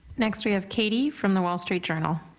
next we have katie from the wall street journal.